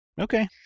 Okay